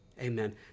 amen